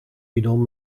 bidon